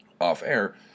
off-air